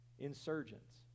insurgents